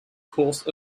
course